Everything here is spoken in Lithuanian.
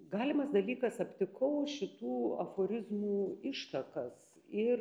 galimas dalykas aptikau šitų aforizmų ištakas ir